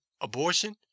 abortion